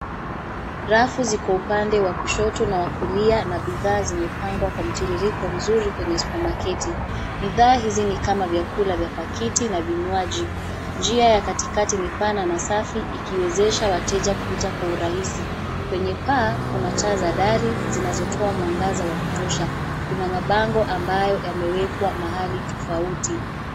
Rafu ziko upande wa kushoto na wa kulia na bidhaa zimepangwa kwa mtiririko mzuri kwenye supamaketi . Bidhaa hizi ni kama vyakula vya pakiti na vinywaji. Njia ya katikati ni pana na safi ikiwezesha wateja kupita kwa urahisi. Kwenye paa kuna taa za dari, zinazotoa mwangaza wa kutosha. Kuna mabango ambayo yamewekwa mahali tofauti.